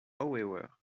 however